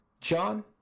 John